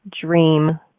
dream